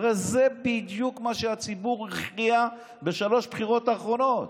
הרי זה בדיוק מה שהציבור הכריע בשלוש הבחירות האחרונות.